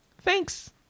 Thanks